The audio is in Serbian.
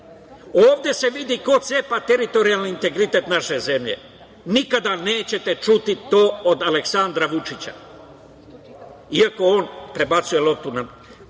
Ovde se vidi ko cepa teritorijalni integritet naše zemlje. Nikada nećete čuti to od Aleksandra Vučića, iako Jeremić prebacuje loptu na